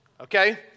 Okay